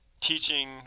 teaching